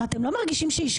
מי נמנע?